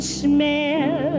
smell